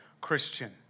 Christian